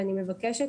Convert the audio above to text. ואני מבקשת